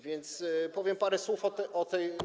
Więc powiem parę słów o tej.